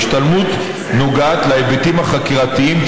ההשתלמות נוגעת להיבטים חקירתיים,